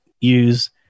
use